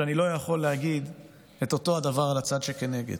שאני לא יכול להגיד את אותו דבר על הצד שכנגד.